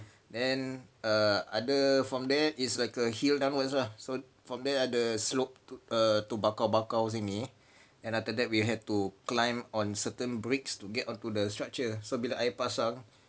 then err ada from there is like a hill downwards lah so from there ada slope to err to bakau-bakau sini and after that we had to climb on certain bricks to get onto the structure so bila air pasang